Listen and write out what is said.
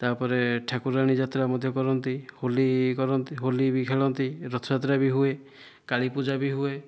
ତାପରେ ଠାକୁରାଣୀ ଯାତ୍ରା ମଧ୍ୟ କରନ୍ତି ହୋଲି କରନ୍ତି ହୋଲି ବି ଖେଳନ୍ତି ରଥଯାତ୍ରା ବି ହୁଏ କାଳୀ ପୂଜା ବି ହୁଏ